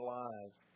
lives